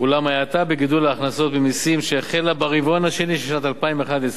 אולם ההאטה בגידול ההכנסות ממסים שהחלה ברבעון השני של שנת 2011,